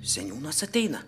seniūnas ateina